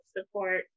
support